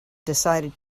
decided